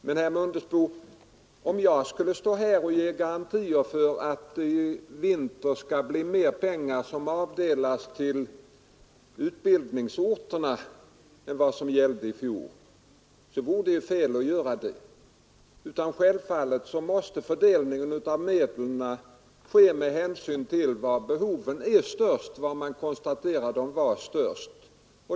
Men, herr Mundebo, det vore fel av mig att här ge garantier för att det i vinter skall avdelas mer pengar till utbildningsorterna än vad som gällde i fjol. Självfallet måste fördelningen av medlen ske med hänsyn till var behoven konstateras vara störst.